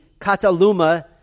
kataluma